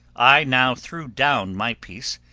i now threw down my piece,